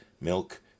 milk